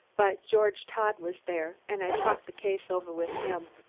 but george todd was there, and i talked the case over with him.